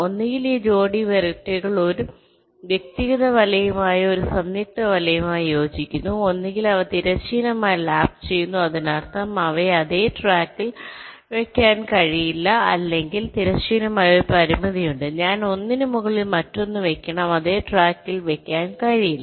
ഒന്നുകിൽ ഈ ജോഡി വെരിറ്റികൾ ഒരു വ്യക്തിഗത വലയുമായോ ഒരു സംയുക്ത വലയുമായോ യോജിക്കുന്നു ഒന്നുകിൽ അവ തിരശ്ചീനമായി ലാപ്പുചെയ്യുന്നു അതിനർത്ഥം അവയെ ഇതേ ട്രാക്കിൽ വയ്ക്കാൻ കഴിയില്ല അല്ലെങ്കിൽ തിരശ്ചീനമായ ഒരു പരിമിതിയുണ്ട് ഞാൻ ഒന്നിനു മുകളിൽ മറ്റൊന്ന് വയ്ക്കണം അതേ ട്രാക്കിൽ വയ്ക്കാൻ കഴിയില്ല